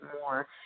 more